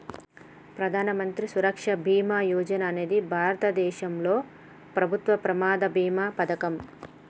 ప్రధాన మంత్రి సురక్ష బీమా యోజన అనేది భారతదేశంలో ప్రభుత్వం ప్రమాద బీమా పథకం